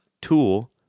Tool